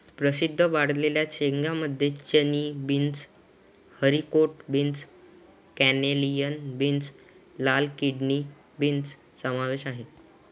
प्रसिद्ध वाळलेल्या शेंगांमध्ये चणे, beans, haricot beans, cannellini beans, लाल किडनी बीन्स समावेश आहे